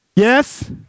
Yes